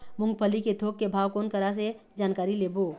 मूंगफली के थोक के भाव कोन करा से जानकारी लेबो?